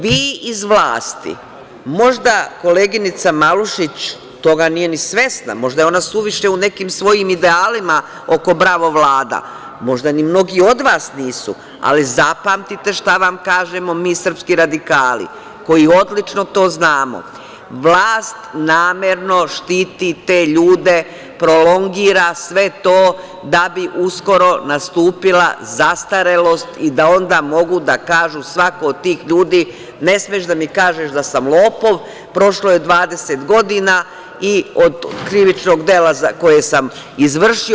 Vi iz vlasti, možda koleginica Malušić toga nije ni svesna, možda je ona suviše u nekim svojim idealima oko „Bravo Vlada“, možda ni mnogi od vas nisu, ali, zapamtite šta vam kažemo mi srpski radikali, koji odlično to znamo, vlast namerno štiti te ljude, prolongira sve to da bi uskoro nastupila zastarelost i da onda mogu da kažu, svako od tih ljudi – ne smeš da mi kažeš da sam lopov, prošlo je 20 godina i od krivičnog dela za koji sam izvršio.